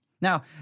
Now